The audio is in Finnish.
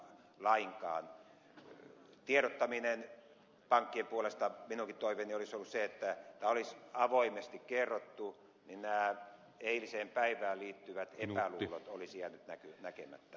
mitä pank kien tiedottamiseen tulee minunkin toiveeni olisi ollut se että olisi avoimesti kerrottu niin nämä eiliseen päivään liittyvät epäluulot olisivat jääneet näkemättä